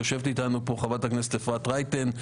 יושבת איתנו חברת הכנסת אפרת רייטן.